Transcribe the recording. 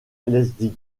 leipzig